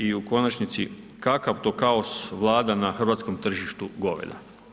I u konačnici, kakav to kaos vlada na hrvatskom tržištu goveda?